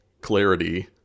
clarity